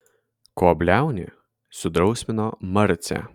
ko bliauni sudrausmino marcę